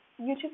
YouTube